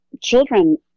children